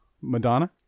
Madonna